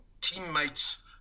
Teammates